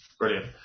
Brilliant